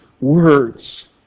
words